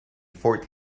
fort